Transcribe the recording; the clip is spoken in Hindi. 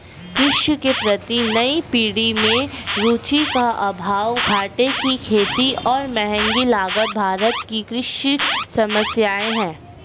कृषि के प्रति नई पीढ़ी में रुचि का अभाव, घाटे की खेती और महँगी लागत भारत की कृषि समस्याए हैं